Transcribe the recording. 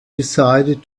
decided